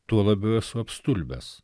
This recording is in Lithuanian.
tuo labiau esu apstulbęs